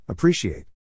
Appreciate